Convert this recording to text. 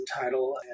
title